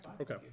Okay